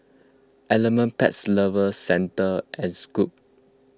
Element Pets Lovers Centre and Schweppes